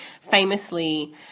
famously